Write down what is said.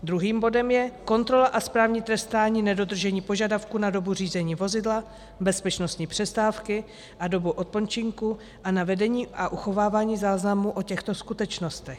Druhým bodem je kontrola a správní trestání nedodržení požadavků na dobu řízení vozidla, bezpečnostní přestávky a dobu odpočinku a na vedení a uchovávání záznamů o těchto skutečnostech.